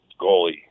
goalie